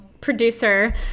producer